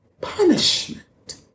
punishment